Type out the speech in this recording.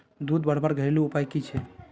दूध बढ़वार घरेलू उपाय की छे?